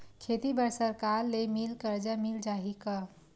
खेती बर सरकार ले मिल कर्जा मिल जाहि का?